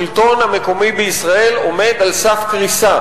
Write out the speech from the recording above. השלטון המקומי בישראל עומד על סף קריסה,